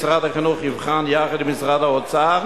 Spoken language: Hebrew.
משרד החינוך יבחן יחד עם משרד האוצר